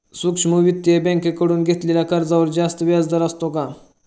सूक्ष्म वित्तीय बँकेकडून घेतलेल्या कर्जावर जास्त व्याजदर असतो का?